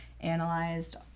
analyzed